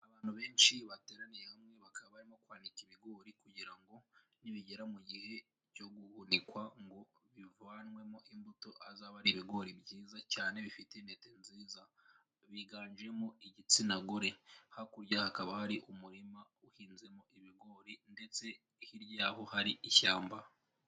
Abantu benshi bateraniye hamwe bakaba barimo kwanika ibigori kugira ngo nibigera mu gihe cyo guhunikwa ngo bivanwemo imbuto, azabe ari ibigori byiza cyane bifite intete nziza, biganjemo igitsina gore, hakurya hakaba hari umurima uhinzemo ibigori ndetse hirya yabo hari ishyamba.